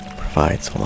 provides